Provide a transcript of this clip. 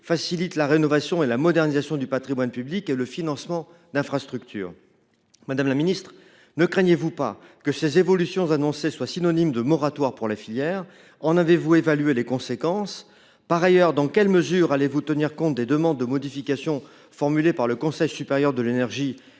facilitent la rénovation et la modernisation du patrimoine public ainsi que le financement d’infrastructures. Ne craignez vous pas que ces évolutions annoncées soient synonymes de moratoire pour les filières, madame la ministre ? En avez vous évalué les conséquences ? Par ailleurs, dans quelle mesure allez vous tenir compte des demandes de modifications formulées par le Conseil supérieur de l’énergie